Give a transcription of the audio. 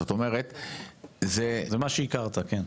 זאת אומרת --- זה מה שהכרת, כן.